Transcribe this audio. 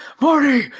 Marty